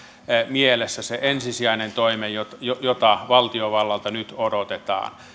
mielessä se ensisijainen toimi jota jota valtiovallalta nyt odotetaan